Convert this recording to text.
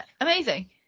amazing